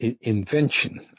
invention